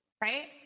right